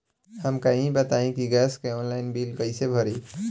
हमका ई बताई कि गैस के ऑनलाइन बिल कइसे भरी?